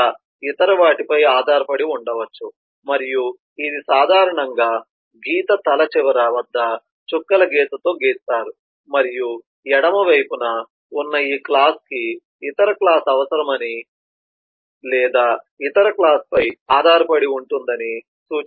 లేదా ఇతర వాటిపై ఆధారపడి ఉండవచ్చు మరియు ఇది సాధారణంగా గీత తల చివర వద్ద చుక్కల గీతతో గీస్తారు మరియు ఎడమ వైపున ఉన్న ఈ క్లాస్ కి ఇతర క్లాస్ అవసరమని లేదా ఇతర క్లాస్ పై ఆధారపడి ఉంటుందని వర్ణిస్తుంది